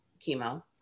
chemo